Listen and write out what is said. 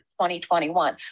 2021